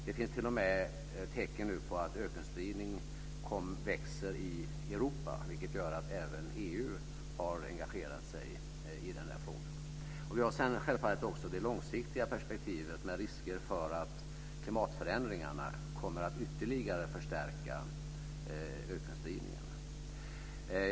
Det finns t.o.m. tecken på att ökenspridningen växer i Europa, vilket gör att även EU har engagerat sig i frågan. Sedan har vi självfallet det långsiktiga perspektivet med risker för att klimatförändringarna kommer att ytterligare förstärka ökenspridningen.